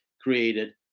created